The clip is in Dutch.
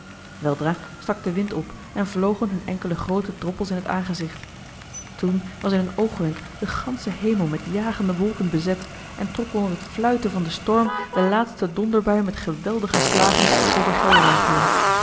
weldra stak de wind op en vlogen hun enkele groote droppels in het aangezicht toen was in een oogwenk de gansche hemel met jagende wolken bezet en trok onder het fluiten van den storm de laatste donderbui met geweldige slagen over gelderland heen